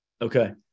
Okay